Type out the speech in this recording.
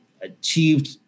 achieved